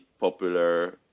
popular